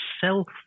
self